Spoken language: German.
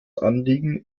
anliegen